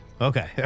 Okay